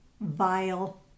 vile